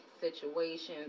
situations